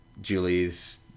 Julie's